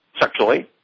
sexually